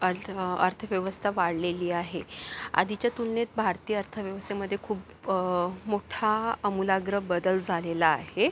अर्थ अर्थव्यवस्था वाढलेली आहे आधीच्या तुलनेत भारतीय अर्थव्यवस्थेमध्ये खूप मोठा आमूलाग्र बदल झालेला आहे